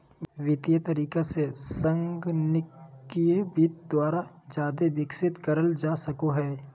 वित्तीय तरीका से संगणकीय वित्त द्वारा जादे विकसित करल जा सको हय